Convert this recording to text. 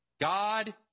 God